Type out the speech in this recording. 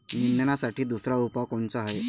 निंदनासाठी दुसरा उपाव कोनचा हाये?